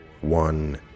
one